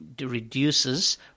reduces